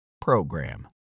PROGRAM